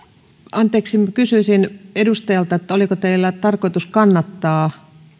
anteeksi kysyisin edustajalta oliko teillä tarkoitus kannattaa